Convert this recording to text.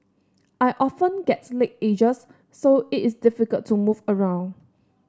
I often get leg aches so it is difficult to move around